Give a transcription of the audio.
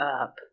up